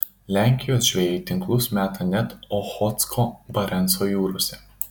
lenkijos žvejai tinklus meta net ochotsko barenco jūrose